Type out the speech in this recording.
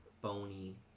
bony